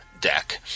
deck